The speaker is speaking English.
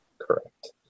correct